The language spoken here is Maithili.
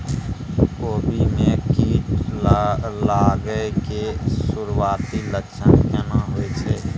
कोबी में कीट लागय के सुरूआती लक्षण केना होय छै